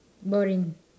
boring